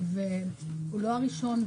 הוא לא הראשון.